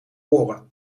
oren